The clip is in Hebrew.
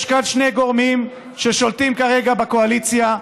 יש כאן שני גורמים ששולטים כרגע בקואליציה,